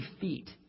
feet